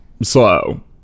slow